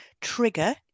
trigger